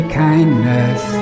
kindness